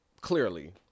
clearly